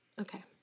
Okay